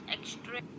Extra